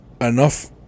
enough